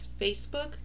Facebook